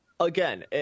Again